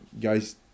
guys